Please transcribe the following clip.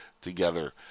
together